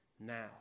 now